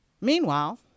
Meanwhile